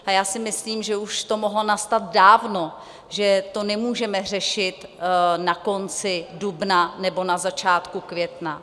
A já si myslím, že už to mohlo nastat dávno, že to nemůžeme řešit na konci dubna nebo na začátku května.